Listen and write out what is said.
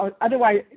otherwise